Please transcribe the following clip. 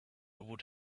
would